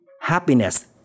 happiness